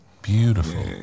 Beautiful